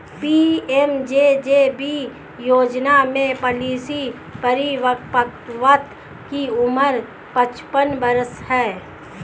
PMJJB योजना में policy परिपक्वता की उम्र पचपन वर्ष है